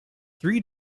three